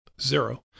zero